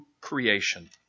creation